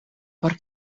por